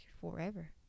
forever